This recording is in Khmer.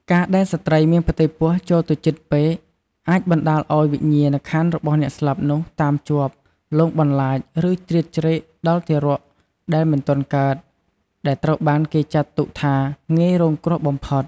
ការដែលស្ត្រីមានផ្ទៃពោះចូលទៅជិតពេក អាចបណ្តាលឲ្យវិញ្ញាណក្ខន្ធអ្នកស្លាប់នោះតាមជាប់ លងបន្លាច ឬជ្រៀតជ្រែកដល់ទារកដែលមិនទាន់កើត ដែលត្រូវបានគេចាត់ទុកថាងាយរងគ្រោះបំផុត។